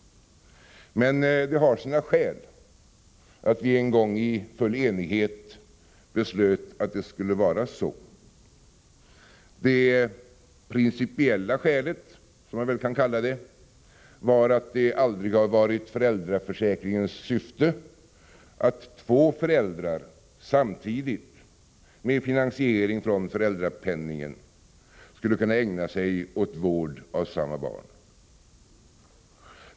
Men det har sina skäl att vi en gång i full enighet beslöt att det skulle vara så. Det principiella skälet, som man väl kan kalla det, var att det aldrig har varit föräldraförsäkringens syfte att två föräldrar samtidigt — med finansiering från föräldrapenningen — skulle kunna ägna sig åt vård av samma barn.